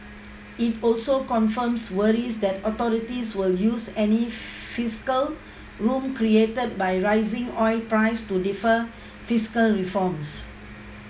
it also confirms worries that authorities will use any fiscal room created by rising oil prices to defer fiscal reforms